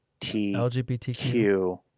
LGBTQ